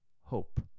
hope